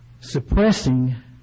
Suppressing